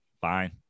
Fine